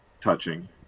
touching